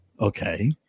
Okay